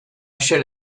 should